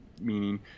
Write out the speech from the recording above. meaning